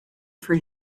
for